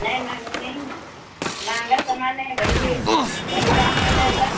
نہیں مہنگا نہیں ہے مہنگا سامان نہیں ہے وہی وہی دام میں ہے سب